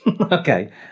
Okay